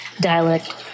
dialect